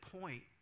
point